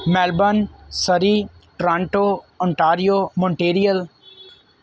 Melbourne Surrey Toronto Ontario Montreal